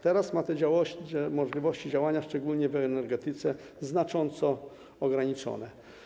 Teraz ma te możliwości działania, szczególnie w energetyce, znacząco ograniczone.